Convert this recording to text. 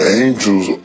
angels